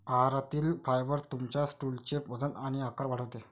आहारातील फायबर तुमच्या स्टूलचे वजन आणि आकार वाढवते